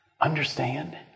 understand